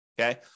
Okay